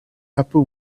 upper